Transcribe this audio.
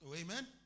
amen